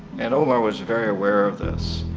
and omar was very aware of this.